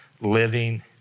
living